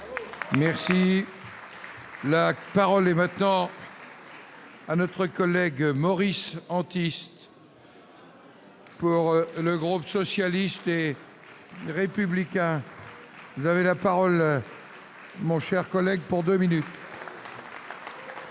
Merci, la parole est maintenant. à notre collègue Maurice anti. Pour le groupe socialiste et. Républicain, vous avez la parole, mon cher collègue, pour 2000.